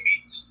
meet